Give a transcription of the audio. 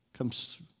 comes